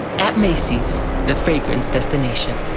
at macy's the fake once this the nation.